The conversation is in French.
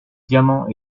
diamants